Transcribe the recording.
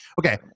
Okay